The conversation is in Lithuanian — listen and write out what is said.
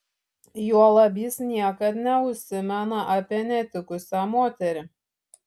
juolab jis niekad neužsimena apie netikusią moterį